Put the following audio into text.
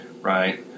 right